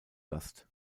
gast